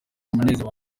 umunezero